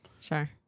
sure